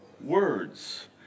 words